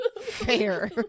Fair